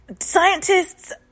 scientists